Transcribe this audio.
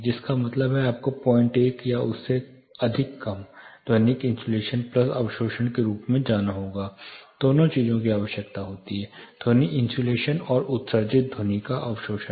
जिसका मतलब है कि आपको 01 या उससे अधिक कम ध्वनिक इन्सुलेशन प्लस अवशोषण के रूप में कम जाना होगा दोनों चीजों की आवश्यकता होती है ध्वनि इन्सुलेशन और उत्सर्जित ध्वनि का अवशोषण